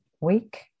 week